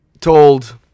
told